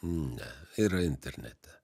ne yra internete